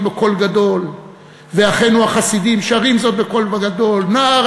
בקול גדול ואחינו החסידים שרים זאת בקול גדול: "נער